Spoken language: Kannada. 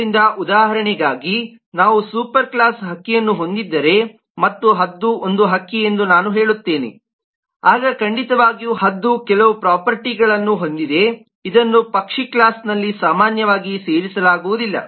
ಆದ್ದರಿಂದ ಉದಾಹರಣೆಯಾಗಿ ನಾವು ಸೂಪರ್ಕ್ಲಾಸ್ ಹಕ್ಕಿಯನ್ನು ಹೊಂದಿದ್ದರೆ ಮತ್ತು ಹದ್ದು ಒಂದು ಹಕ್ಕಿ ಎಂದು ನಾನು ಹೇಳುತ್ತೇನೆ ಆಗ ಖಂಡಿತವಾಗಿಯೂ ಹದ್ದು ಕೆಲವು ಪ್ರೊಪರ್ಟಿಗಳನ್ನು ಹೊಂದಿದೆ ಇದನ್ನು ಪಕ್ಷಿ ಕ್ಲಾಸ್ನಲ್ಲಿ ಸಾಮಾನ್ಯವಾಗಿ ಸೇರಿಸಲಾಗುವುದಿಲ್ಲ